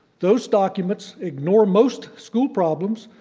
those documents ignore most school problems,